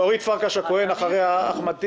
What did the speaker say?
אורית פרקש הכהן, אחריה אחמד טיבי.